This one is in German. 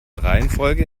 reihenfolge